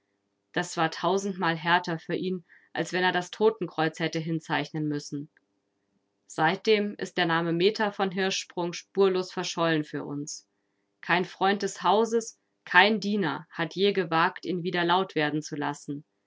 das war tausendmal härter für ihn als wenn er das totenkreuz hätte hinzeichnen müssen seitdem ist der name meta von hirschsprung spurlos verschollen für uns kein freund des hauses kein diener hat je gewagt ihn wieder laut werden zu lassen